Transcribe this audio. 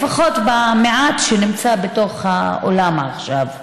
לפחות המעט שנמצאים בתוך האולם עכשיו,